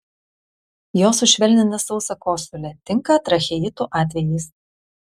jos sušvelnina sausą kosulį tinka tracheitų atvejais